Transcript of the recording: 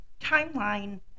timeline